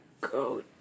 go